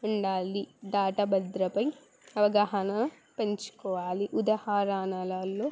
ఉండాలి డాటా భద్రతపై అవగాహన పెంచుకోవాలి ఉదాహరణాలల్లో